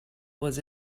was